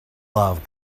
love